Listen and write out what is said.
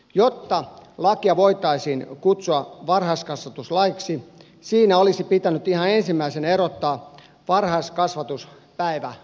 jotta lakia voitaisiin kutsua varhaiskasvatuslaiksi siinä olisi pitänyt ihan ensimmäisenä erottaa varhaiskasvatus päivähoidosta